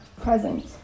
present